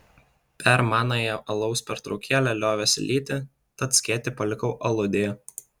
per manąją alaus pertraukėlę liovėsi lyti tad skėtį palikau aludėje